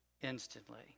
instantly